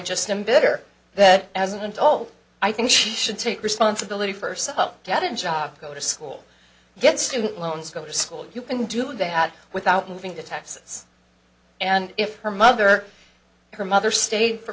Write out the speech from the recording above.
just i'm bitter that as an adult i think she should take responsibility for set up get a job go to school get student loans go to school you can do they had without moving to texas and if her mother her mother stayed for